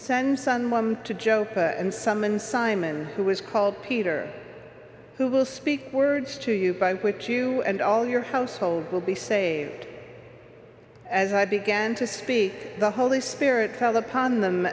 send son one to joe and summon simon who was called peter who will speak words to you by which you and all your household will be saved as i began to speak the holy spirit fell upon them